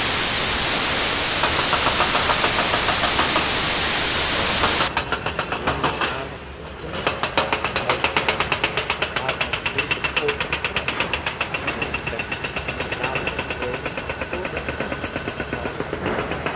jongens hamert op de maat oade clem last het klinken over straat oade clem laat het dreimen door den groud oade clem